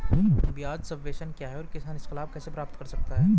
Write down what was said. ब्याज सबवेंशन क्या है और किसान इसका लाभ कैसे प्राप्त कर सकता है?